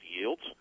yields